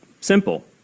simple